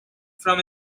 from